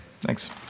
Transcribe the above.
Thanks